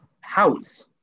house